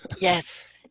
yes